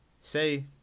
say